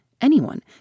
Anyone